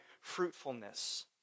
fruitfulness